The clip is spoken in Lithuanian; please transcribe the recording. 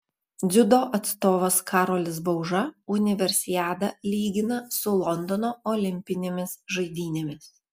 dziudo atstovas karolis bauža universiadą lygina su londono olimpinėmis žaidynėmis